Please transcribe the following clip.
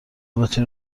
بتونی